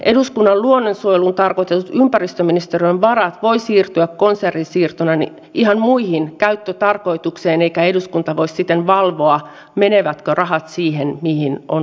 eduskunnan luonnonsuojeluun tarkoitetut ympäristöministeriön varat voivat siirtyä konsernisiirtona ihan muihin käyttötarkoituksiin eikä eduskunta voi siten valvoa menevätkö rahat siihen mihin on tarkoitus